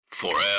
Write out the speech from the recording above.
forever